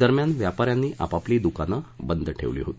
दरम्यान व्यापा यांनी आपापली द्कानं बंद ठेवली होती